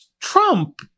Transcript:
Trump